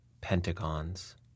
pentagons